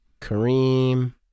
Kareem